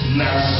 now